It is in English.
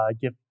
give